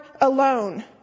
alone